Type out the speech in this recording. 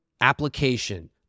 application